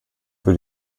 für